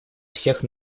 всех